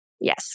yes